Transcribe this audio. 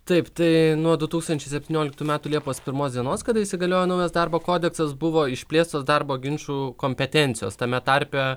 taip tai nuo du tūkstančiai septynioliktų metų liepos pirmos dienos kada įsigaliojo naujas darbo kodeksas buvo išplėstos darbo ginčų kompetencijos tame tarpe